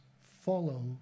follow